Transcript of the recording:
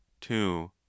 two